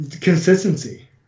consistency